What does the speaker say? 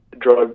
drug